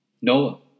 Noah